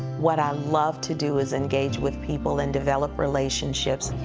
what i love to do is engage with people and develop relationships.